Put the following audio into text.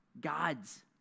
God's